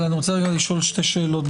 אבל אני רוצה לשאול שתי שאלות.